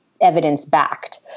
evidence-backed